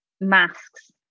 masks